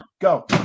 go